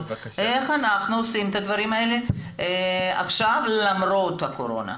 איך אנחנו עושים את הדברים האלה עכשיו למרות הקורונה.